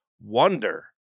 wonder